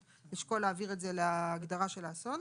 צריך לשקול להעביר את (3) להגדרה של האסון.